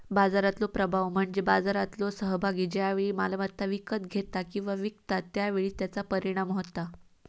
बाजारातलो प्रभाव म्हणजे बाजारातलो सहभागी ज्या वेळी मालमत्ता विकत घेता किंवा विकता त्या वेळी त्याचा परिणाम होता